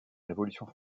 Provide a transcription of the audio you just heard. révolution